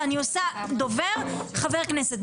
ואני עושה דובר וחבר כנסת,